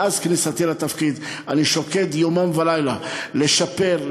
מאז כניסתי לתפקיד אני שוקד יומם ולילה לשפר,